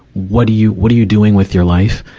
what do you, what are you doing with your life?